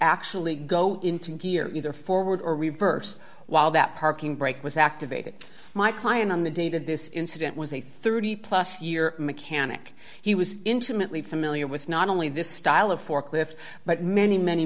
actually go into gear either forward or reverse while that parking brake was activated my client on the date of this incident was a thirty plus year mechanic he was intimately familiar with not only this style of forklift but many many